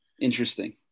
interesting